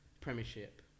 Premiership